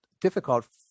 difficult